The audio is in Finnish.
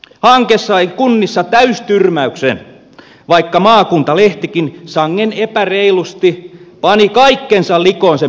hanke sai kunnissa täystyrmäyksen vaikka maakuntalehtikin sangen epäreilusti pani kaikkensa likoon sen puolesta